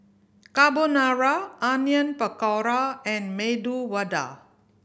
Carbonara Onion Pakora and Medu Vada